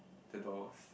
the doors